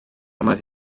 amazi